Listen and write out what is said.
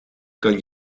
kan